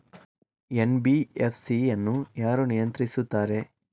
NBFC ಅನ್ನು ಯಾರು ನಿಯಂತ್ರಿಸುತ್ತಾರೆ?